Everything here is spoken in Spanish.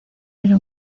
era